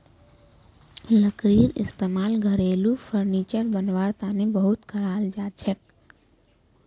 लकड़ीर इस्तेमाल घरेलू फर्नीचर बनव्वार तने बहुत कराल जाछेक